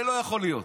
זה לא יכול להיות.